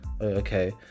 okay